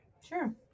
Sure